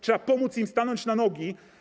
Trzeba pomóc im stanąć na nogi.